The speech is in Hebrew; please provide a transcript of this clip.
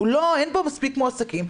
אין בו מספיק מועסקים,